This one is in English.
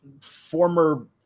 former –